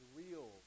real